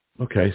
Okay